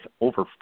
over